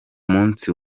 munsi